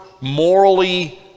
morally